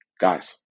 guys